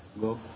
Go